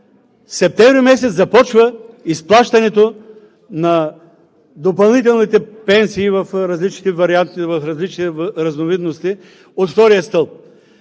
септември месец започва изплащането на допълнителните пенсии в различните варианти, в различни разновидности от втория стълб.